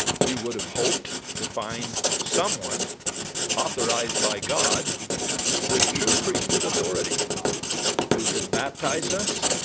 we would have hoped to find someone authorized by god with true priesthood authority who could baptize us,